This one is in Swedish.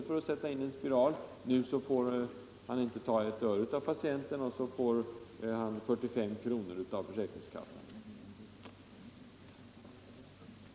för att sätta in en spiral, och nu får han inte ta ett enda öre av patienten utan får 45 kr. av försäkringskassan.